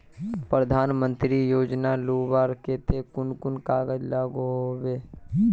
प्रधानमंत्री योजना लुबार केते कुन कुन कागज लागोहो होबे?